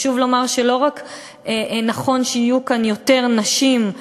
חשוב לומר שלא רק נכון שיהיו כאן יותר נשים,